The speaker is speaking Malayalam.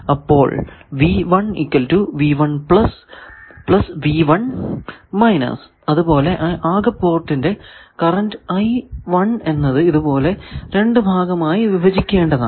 അപ്പോൾ എന്ന് കിട്ടും അതുപോലെ ആകെ പോർട്ട് കറന്റ് എന്നത് ഇതുപോലെ രണ്ടു ഭാഗമായി വിഭജിക്കേണ്ടതാണ്